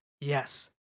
yes